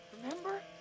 remember